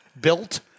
built